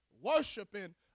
worshiping